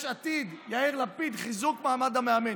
יש עתיד, יאיר לפיד, חיזוק מעמד המאמן.